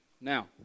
Now